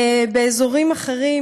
באזורים אחרים,